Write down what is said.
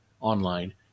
online